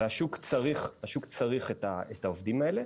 השוק צריך את העובדים האלה.